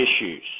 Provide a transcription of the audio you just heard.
issues